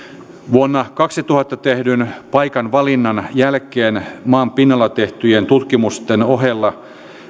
vuonna kaksituhatta tehdyn paikanvalinnan jälkeen maanpinnalla tehtyjen tutkimusten ohella